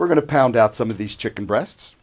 we're going to pound out some of these chicken breasts